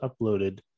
uploaded